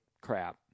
crap